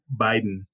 Biden